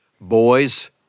Boys